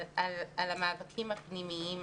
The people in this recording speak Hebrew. על המאבקים הפנימיים,